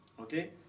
okay